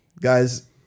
Guys